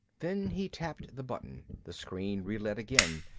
then he tapped the button. the screen relit again.